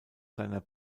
seiner